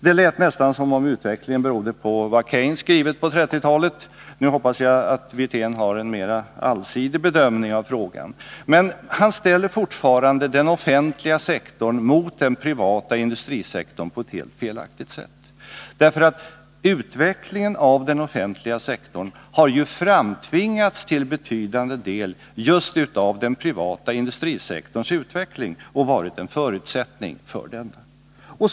Det lät nästan som om utvecklingen berodde på vad Keynes skrivit på 1930-talet, men jag hoppas att Rolf Wirtén gör en mera allsidig bedömning av frågan. Han ställer emellertid fortfarande den offentliga sektorn mot den privata industrisektorn på ett helt felaktigt sätt. Utvecklingen av den offentliga sektorn har ju till betydande del framtvingats av den privata industrisektorns utveckling och varit en förutsättning för denna.